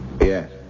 Yes